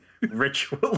ritual